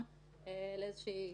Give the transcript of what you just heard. הבנתי,